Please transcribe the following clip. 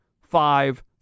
five